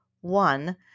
one